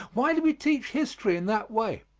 why do we teach history in that way?